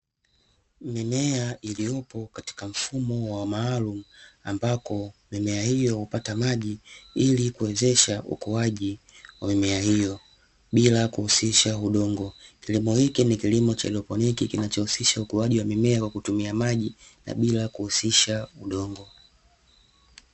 Mimea iliopo katika mfumo wa maalumu ambako mimea hiyo hupata maji, ili kuwezesha ukuaji wamea hiyo bila kuhusisha udongo kilimo hiki ni kilimo cha haidroponi, kinachohusisha ukuaji wa mimea kwa kutumia maji na bila kuhusisha udongo.